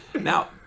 Now